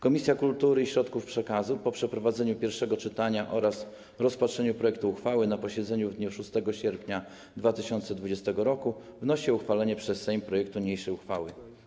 Komisja Kultury i Środków Przekazu, po przeprowadzeniu pierwszego czytania oraz rozpatrzeniu projektu uchwały na posiedzeniu w dniu 6 sierpnia 2020 r., wnosi o uchwalenie przez Sejm projektu niniejszej uchwały.